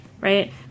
right